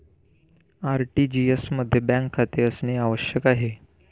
RTGS मध्ये bank खाते असणे आवश्यक आहे